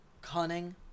cunning